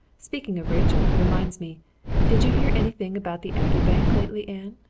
speaking of rachel reminds me did you hear anything about the abbey bank lately, anne?